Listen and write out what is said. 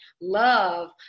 love